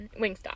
Wingstop